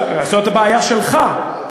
זאת הבעיה שלך.